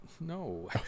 No